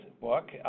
book